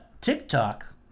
TikTok